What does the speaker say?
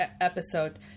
episode